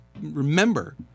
remember